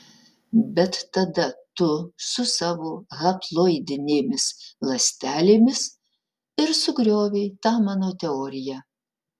bet tada tu su savo haploidinėmis ląstelėmis ir sugriovei tą mano teoriją